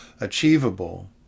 achievable